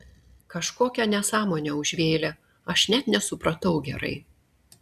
kažkokią nesąmonę užvėlė aš net nesupratau gerai